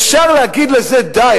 אפשר להגיד לזה: די.